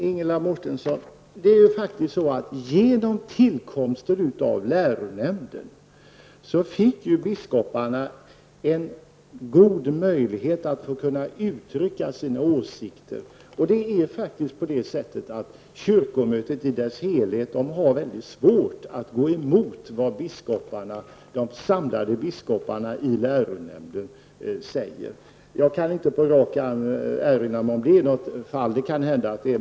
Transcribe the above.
Herr talman! Ingela Mårtensson! Genom tillkomsten av läronämnden fick ju biskoparna en god möjlighet att uttrycka sina åsikter. Kyrkomötet i sin helhet har faktiskt svårt att gå emot vad de samlade biskoparna i läronämnden säger. Jag kan inte på rak arm erinra mig om det har förekommit något fall -- det kan hända.